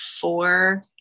four